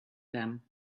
them